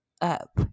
up